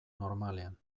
normalean